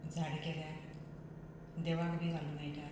झाडां केल्यार देवाक बी घालूंक मेळटात